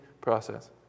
process